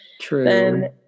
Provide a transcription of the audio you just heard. True